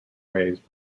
ways